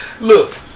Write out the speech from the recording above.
look